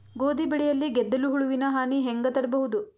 ಗೋಧಿ ಬೆಳೆಯಲ್ಲಿ ಗೆದ್ದಲು ಹುಳುವಿನ ಹಾನಿ ಹೆಂಗ ತಡೆಬಹುದು?